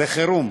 זה חירום,